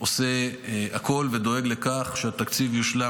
עושה הכול ודואג לכך שהתקציב יושלם.